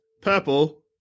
purple